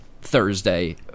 Thursday